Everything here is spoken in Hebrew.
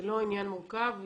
זה לא עניין מורכב.